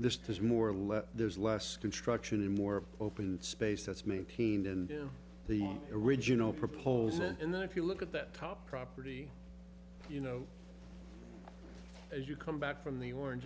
this is more or less there's less construction in a more open space that's maintained in the original proposal and then if you look at that top property you know as you come back from the orange